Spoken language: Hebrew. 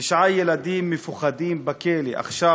תשעה ילדים מפוחדים בכלא, עכשיו.